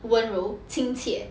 温柔亲切